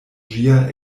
ĝia